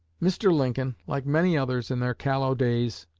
mr. lincoln, like many others in their callow days,